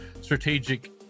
strategic